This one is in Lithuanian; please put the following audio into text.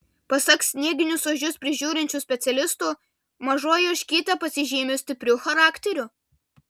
pasak snieginius ožius prižiūrinčių specialistų mažoji ožkytė pasižymi stipriu charakteriu